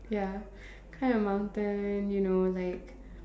ya climb the mountain you know like